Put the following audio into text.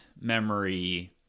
memory